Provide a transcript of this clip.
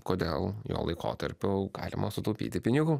kodėl jo laikotarpiu galima sutaupyti pinigų